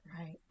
Right